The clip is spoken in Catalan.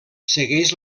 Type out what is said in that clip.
segueix